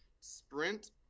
sprint